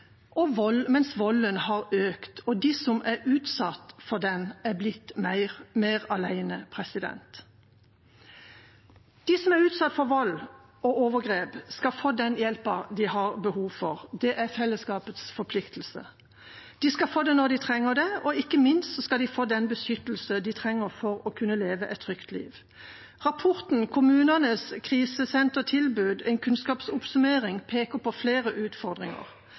for vold og overgrep, skal få den hjelpen de har behov for. Det er fellesskapets forpliktelse. De skal få det når de trenger det, og ikke minst skal de få den beskyttelsen de trenger for å kunne leve et trygt liv. Rapporten Kommunenes krisesentertilbud – en kunnskapsoppsummering peker på flere utfordringer.